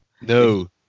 no